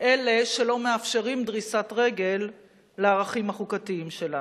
אלה שלא מאפשרים דריסת-רגל לערכים החוקתיים שלנו.